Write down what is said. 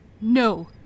No